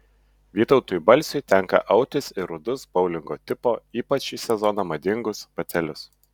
vytautui balsiui tenka autis ir rudus boulingo tipo ypač šį sezoną madingus batelius